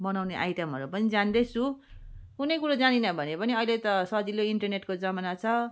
बनाउने आइटमहरू पनि जान्दछु कुनै कुरो जानिनँ भने पनि अहिले त सजिलो इन्टरनेटको जमाना छ